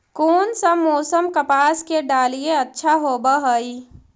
कोन सा मोसम कपास के डालीय अच्छा होबहय?